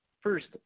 First